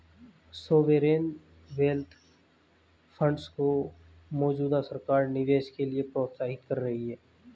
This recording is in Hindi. सॉवेरेन वेल्थ फंड्स को मौजूदा सरकार निवेश के लिए प्रोत्साहित कर रही है